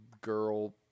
girl